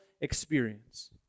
experience